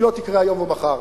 היא לא תקרה היום או מחר,